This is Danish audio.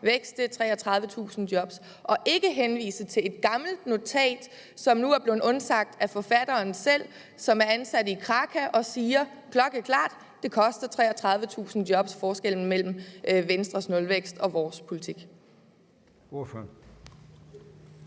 i stedet for at der henvises til et gammelt notat, som nu er blevet undsagt af forfatteren selv, som er ansat i Kraka. Vil hr. Peter Christensen sige klokkeklart, at forskellen mellem Venstres nulvækst og vores politik